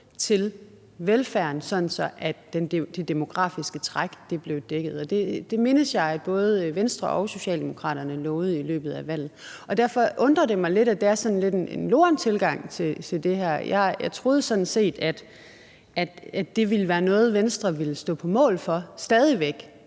til velfærden, sådan at det demografiske træk blev dækket. Det mindes jeg både Venstre og Socialdemokraterne lovede i løbet af valget. Og derfor undrer det mig lidt, at det er sådan lidt en loren tilgang til det her, man har. Jeg troede sådan set, at det ville være noget, Venstre ville stå på mål for stadig væk